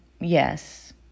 yes